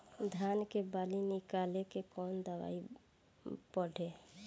धान के बाली निकलते के कवन दवाई पढ़े?